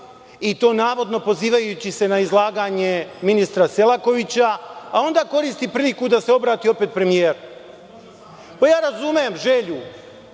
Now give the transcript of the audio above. i to, navodno, pozivajući se izlaganje ministra Selakovića, a onda koristi priliku da se opet obrati premijeru. Razumem želju